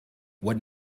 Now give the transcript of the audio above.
what